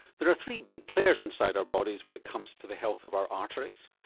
there are three big players inside our bodies when it comes to the health of our arteries,